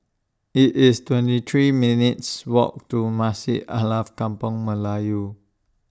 IT IS twenty three minutes' Walk to Masjid Alkaff Kampung Melayu